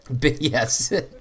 Yes